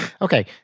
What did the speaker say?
Okay